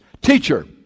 Teacher